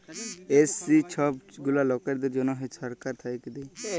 SC ছব গুলা লকদের জ্যনহে ছরকার থ্যাইকে দেয়